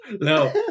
No